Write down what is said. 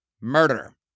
murder